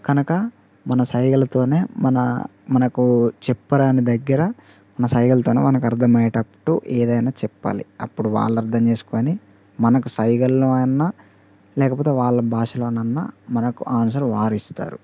కనుక మన సైగలతోనే మన మనకు చెప్పరాని దగ్గర మన సైగలతోనే మనకు అర్థం అయ్యేటట్టు ఏదైనా చెప్పాలి అప్పుడు వాళ్ళర్థం చేసుకుని మనకు సైగల్లో అయినా లేకపోతే వాళ్ళ భాషలోనన్న మనకు ఆన్సర్ వారు ఇస్తారు